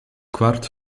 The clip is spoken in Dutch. kwart